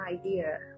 idea